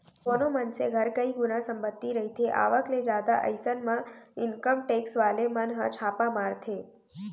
कोनो मनसे घर कई गुना संपत्ति रहिथे आवक ले जादा अइसन म इनकम टेक्स वाले मन ह छापा मारथे